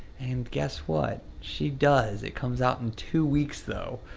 and guess what? she does it comes out in two weeks though.